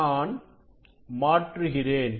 நான் மாற்றுகிறேன்